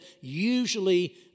usually